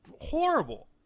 horrible